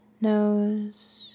Nose